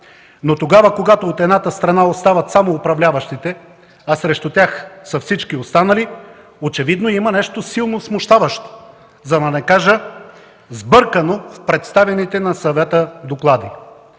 но тогава когато от едната страна остават само управляващите, а срещу тях са всички останали – очевидно има нещо силно смущаващо, Да не кажа сбъркано, в представените на Съвета доклади.